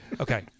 Okay